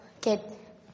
get